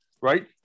right